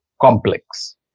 complex